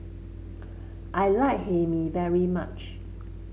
I like Hae Mee very much